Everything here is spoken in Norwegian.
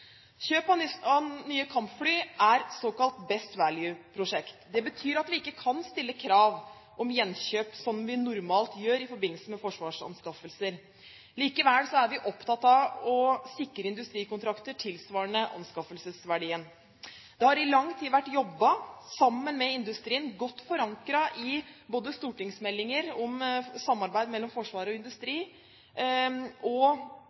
Kjøp av nye kampfly er såkalt «best value»-prosjekt. Det betyr at vi ikke kan stille krav om gjenkjøp, som vi normalt gjør i forbindelse med forsvarsanskaffelser. Likevel er vi opptatt av å sikre industrikontrakter tilsvarende anskaffelsesverdien. Det har i lang tid vært jobbet sammen med industrien, godt forankret i både stortingsmeldinger om samarbeid mellom Forsvaret og industrien og